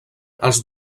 els